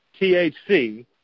THC